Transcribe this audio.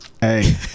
Hey